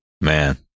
Man